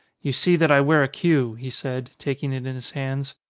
you see that i wear a queue, he said, taking it in his hands.